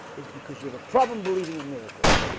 is because you have a problem believing in miracles